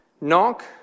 Knock